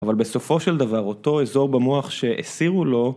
אבל בסופו של דבר אותו אזור במוח שהסירו לו